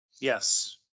Yes